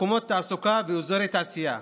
מקומות תעסוקה ואזורי תעשייה,